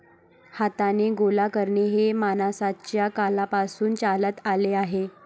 हाताने गोळा करणे हे माणसाच्या काळापासून चालत आले आहे